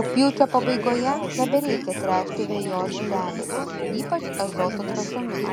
rugpjūčio pabaigoje nebereikia tręšti vejos žemės ypač azoto trąšomis